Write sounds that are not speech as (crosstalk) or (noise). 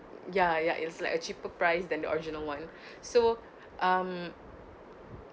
ya ya it's like a cheaper price than the original [one] (breath) so um